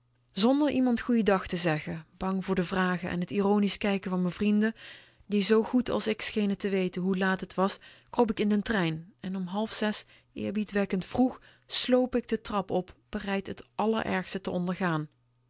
zonder iemand goeiendag te zeggen bang voor de vragen en t ironische kijken van m'n vrienden die zoo goed als ik schenen te weten hoe laat t was kroop k in den trein en om half zes eerbiedwekkend vroeg slp k de trap op bereid t allerergste te ondergaan